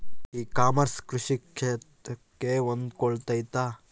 E commerce ಕೃಷಿ ಕ್ಷೇತ್ರಕ್ಕೆ ಹೊಂದಿಕೊಳ್ತೈತಾ?